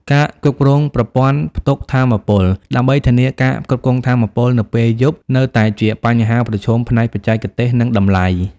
ការគ្រប់គ្រងប្រព័ន្ធផ្ទុកថាមពល ដើម្បីធានាការផ្គត់ផ្គង់ថាមពលនៅពេលយប់ នៅតែជាបញ្ហាប្រឈមផ្នែកបច្ចេកទេស និងតម្លៃ។